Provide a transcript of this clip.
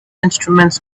instruments